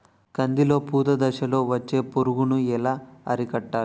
కందిలో పూత దశలో వచ్చే పురుగును ఎలా అరికట్టాలి?